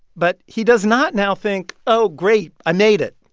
but he does not now think, oh, great i made it.